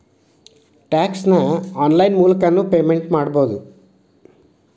tax ನ online ಮೂಲಕನೂ payment ಮಾಡಬೌದು